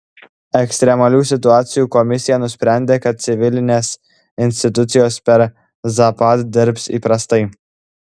ekstremalių situacijų komisija nusprendė kad civilinės institucijos per zapad dirbs įprastai